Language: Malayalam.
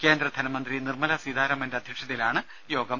കേന്ദ്ര ധനമന്ത്രി നിർമല സീതാരാമന്റെ അധ്യക്ഷതയിലാണ് യോഗം